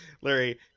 Larry